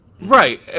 right